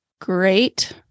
great